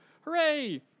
Hooray